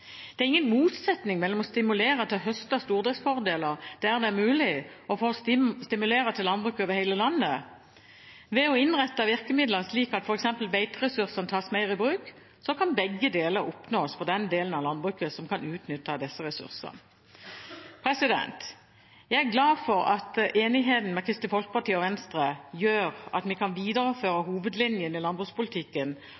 Det er ingen motsetning mellom å stimulere til å høste stordriftsfordeler der det er mulig, og å stimulere til landbruk over hele landet. Ved å innrette virkemidlene slik at f.eks. beiteressursene tas mer i bruk, kan begge deler oppnås for den delen av landbruket som kan utnytte disse ressursene. Jeg er glad for at enigheten med Kristelig Folkeparti og Venstre gjør at vi kan videreføre